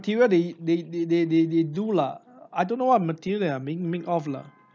material they they they they they they do lah I don't know what material they are being made of lah